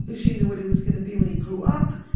she knew what he was going to be when he grew up.